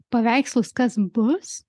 paveikslus kas bus